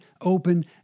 open